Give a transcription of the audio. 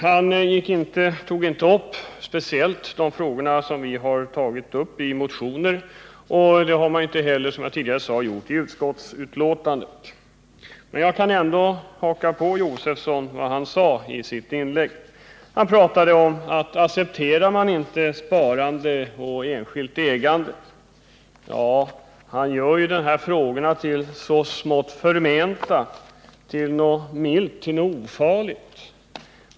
Stig Josefson tog inte upp de frågor som vi tagit upp i motioner, och det har inte heller, som jag tidigare sade, utskottet gjort i sitt betänkande. Men jag kan ändå haka på vad Stig Josefson sade i sitt inlägg. Han undrade om man inte accepterar sparande och enskilt ägande och ställde frågorna som om det gällde något milt och ofarligt.